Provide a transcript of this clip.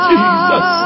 Jesus